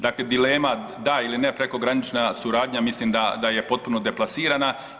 Dakle dilema da ili ne prekogranična suradnja mislim da je potpuno deplasirana.